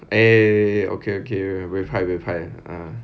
eh okay okay